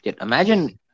Imagine